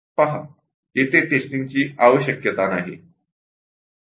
पहा येथे टेस्टर्स ची आवश्यकता नाही